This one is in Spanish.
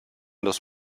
los